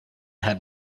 had